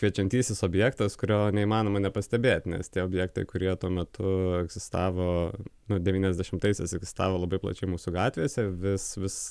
kviečiantysis objektas kurio neįmanoma nepastebėti nes tie objektai kurie tuo metu egzistavo nu devyniasdešimtaisiais egzistavo labai plačiai mūsų gatvėse vis vis